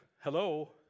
hello